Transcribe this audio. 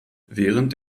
während